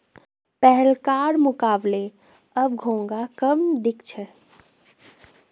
पहलकार मुकबले अब घोंघा कम दख छि